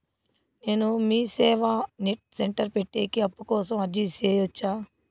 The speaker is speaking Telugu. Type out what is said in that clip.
నేను మీసేవ నెట్ సెంటర్ పెట్టేకి అప్పు కోసం అర్జీ సేయొచ్చా?